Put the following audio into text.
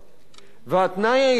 והתנאי היסודי הזה,